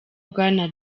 bwana